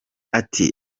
ati